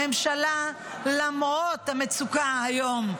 הממשלה, למרות המצוקה היום,